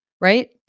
right